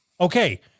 Okay